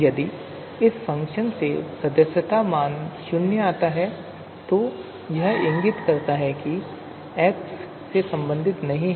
यदि इस फ़ंक्शन से यह सदस्यता मान 0 आता है तो यह इंगित करता है कि x से संबंधित नहीं है